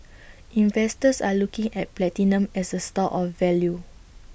investors are looking at platinum as A store of value